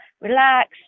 relax